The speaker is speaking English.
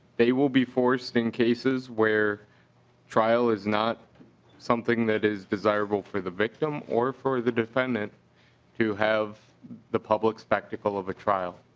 they will be forced in cases where trial is not something that is desirable for the victim or for the defendant to have the public spectacle of a trial.